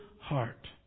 heart